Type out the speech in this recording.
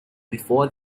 before